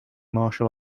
martial